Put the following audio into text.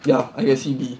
ya I get C B